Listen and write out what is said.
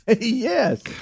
Yes